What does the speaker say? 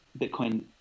Bitcoin